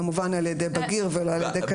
כמובן על ידי בגיר ולא על ידי קטין אחר.